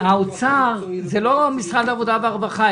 האוצר זה לא משרד העבודה והרווחה,